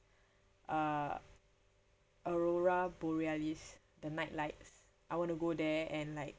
uh aurora borealis the night lights I want to go there and like